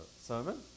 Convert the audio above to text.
sermon